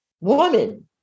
woman